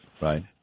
right